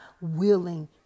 willing